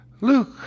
Luke